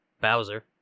Bowser